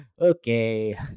okay